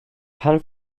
pan